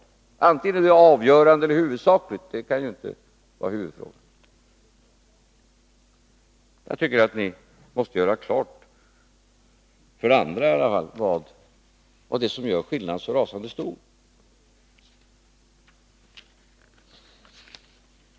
Om syftet då är ”avgörande” eller ”huvudsakligt” kan ju inte vara huvudfrågan. Jag tycker att ni bör göra klart, om inte för mig så i alla fall för andra, vad det är som gör skillnaden så rasande stor.